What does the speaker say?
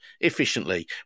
efficiently